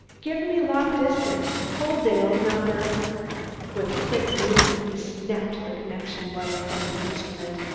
give me long distance, coaldale number with a quick movement he snapped the connecting wire from the instrument,